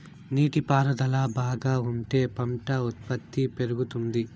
నీటి పారుదల బాగా ఉంటే పంట ఉత్పత్తి పెరుగుతుంది